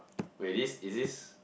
wait this is this